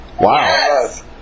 Wow